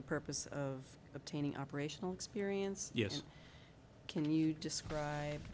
the purpose of obtaining operational experience yes can you describe